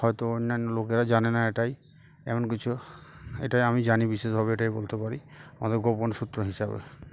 হয়তো অন্যান্য লোকেরা জানে না এটাই এমন কিছু এটাই আমি জানি বিশেষভাবে এটাই বলতে পারি আমাদের গোপন সূত্র হিসাবে